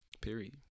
Period